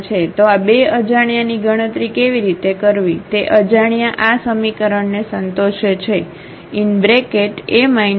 તો આ બે અજાણ્યાની ગણતરી કેવી રીતે કરવી તે અજાણ્યા આ સમીકરણને સંતોષે છે A λIx0